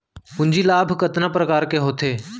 पूंजी लाभ कतना प्रकार के होथे?